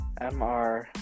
MR